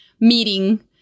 meeting